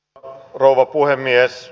arvoisa rouva puhemies